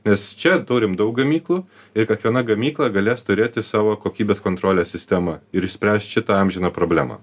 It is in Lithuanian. nes čia turim daug gamyklų ir kiekviena gamykla galės turėti savo kokybės kontrolės sistemą ir išspręst šitą amžiną problemą